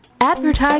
Advertise